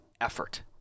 effort